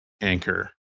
anchor